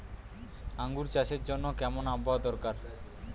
আঙ্গুর চাষের জন্য কেমন আবহাওয়া দরকার?